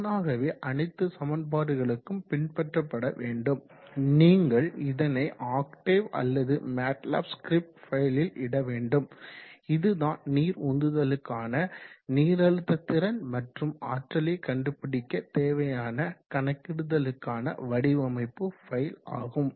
தானாகவே அனைத்து சமன்பாடுகளுக்கும் பின்பற்றப்பட வேண்டும் நீங்கள் இதனை ஆக்டேவ் அல்லது மேட்லேப் ஸ்கிரிப்ட் ஃபைலில் இட வேண்டும் இதுதான் நீர் உந்துதலுக்கான நீரழுத்த திறன் மற்றும் ஆற்றலை கண்டுபிடிக்க தேவையான கணக்கிடுதலுக்குக்கான வடிவமைப்பு ஃபைல் ஆகும்